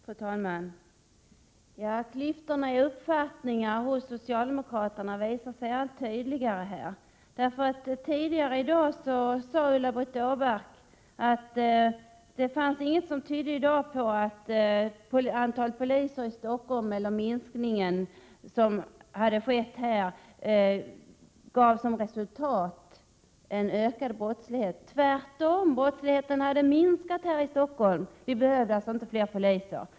Fru talman! Klyftorna i fråga om uppfattningar hos socialdemokraterna visar sig här allt tydligare. Tidigare i dag sade Ulla-Britt Åbark att det inte fanns någonting som tydde på att minskningen av antalet poliser i Stockholm gav som resultat en ökad brottslighet. Tvärtom hade brottsligheten minskat här i Stockholm, sade hon, och vi behövde alltså inte fler poliser.